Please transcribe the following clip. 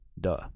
Duh